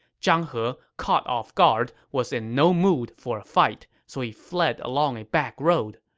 zhang he, caught off guard, was in no mood for a fight, so he fled along a backroad.